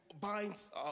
binds